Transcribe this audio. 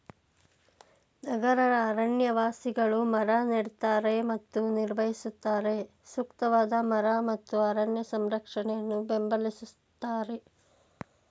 ನಗರ ಅರಣ್ಯವಾಸಿಗಳು ಮರ ನೆಡ್ತಾರೆ ಮತ್ತು ನಿರ್ವಹಿಸುತ್ತಾರೆ ಸೂಕ್ತವಾದ ಮರ ಮತ್ತು ಅರಣ್ಯ ಸಂರಕ್ಷಣೆಯನ್ನು ಬೆಂಬಲಿಸ್ತಾರೆ